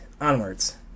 onwards